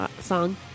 song